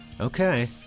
Okay